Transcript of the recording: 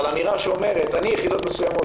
אבל האמירה: "אני סוגר יחידות מסוימות"